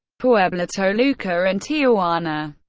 puebla, toluca, and tijuana.